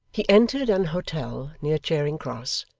he entered an hotel near charing cross,